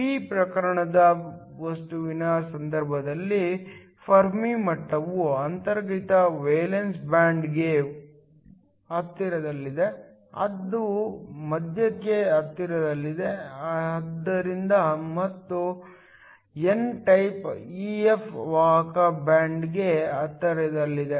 P ಪ್ರಕಾರದ ವಸ್ತುವಿನ ಸಂದರ್ಭದಲ್ಲಿ ಫೆರ್ಮಿ ಮಟ್ಟವು ಅಂತರ್ಗತಕ್ಕೆ ವೇಲೆನ್ಸ್ ಬ್ಯಾಂಡ್ಗೆ ಹತ್ತಿರದಲ್ಲಿದೆ ಅದು ಮಧ್ಯಕ್ಕೆ ಹತ್ತಿರದಲ್ಲಿದೆ ಮತ್ತು ಎನ್ ಟೈಪ್ EF ವಾಹಕ ಬ್ಯಾಂಡ್ಗೆ ಹತ್ತಿರದಲ್ಲಿದೆ